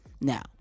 Now